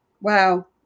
Wow